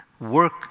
work